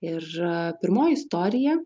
ir pirmoji istorija